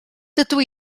dydw